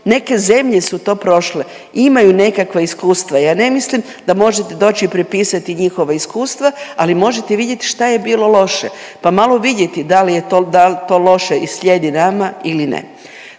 neke zemlje su to prošle i imaju nekakva iskustava. Ja ne mislim da možete doći i prepisati njihova iskustva, ali možete vidjeti šta je bilo loše pa malo vidjeti da li je to, dal to loše i slijedi nama ili ne.